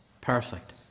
perfect